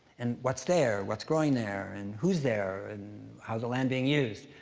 and what's there, what's growing there, and who's there, and how's the land being used,